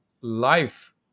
life